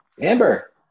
Amber